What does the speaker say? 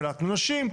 קלטנו נשים,